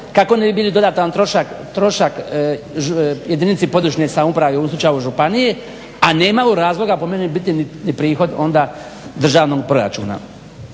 kako ne bi bili dodatan trošak jedinici područne samouprave u slučaju županije, a nemaju razloga po meni biti niti prihod onda državnog proračuna.